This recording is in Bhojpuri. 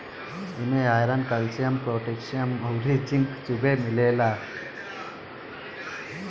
इमे आयरन, कैल्शियम, पोटैशियम अउरी जिंक खुबे मिलेला